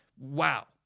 wow